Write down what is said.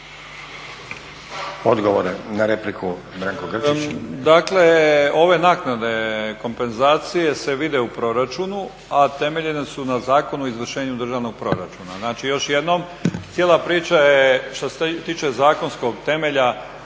Odgovor na repliku Branko Grčić.